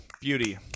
beauty